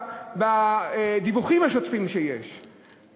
בדיווחים השוטפים שיש שם,